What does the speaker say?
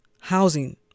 housing